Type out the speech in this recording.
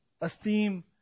Esteem